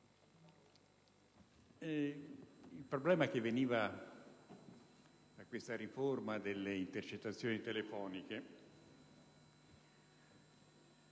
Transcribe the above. il problema che veniva da questa riforma delle intercettazioni telefoniche - almeno